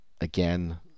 again